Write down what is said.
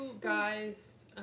guys